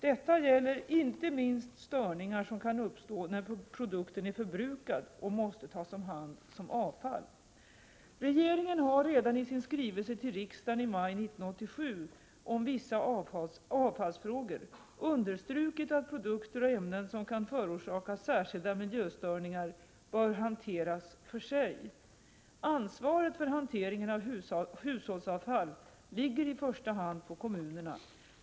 Detta gäller inte minst störningar som kan uppstå när produkten är förbrukad och måste tas om hand som avfall. Regeringen har redan i sin skrivelse till riksdagen i maj 1987 om vissa avfallsfrågor understrukit att produkter och ämnen som kan förorsaka särskilda miljöstörningar bör hanteras för sig. Ansvaret för hanteringen av hushållsavfall ligger i första hand på kommunerna.